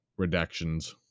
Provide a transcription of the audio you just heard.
redactions